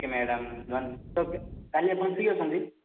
ଓ କେ madam କାଲି ଆପଣ free ଅଛନ୍ତି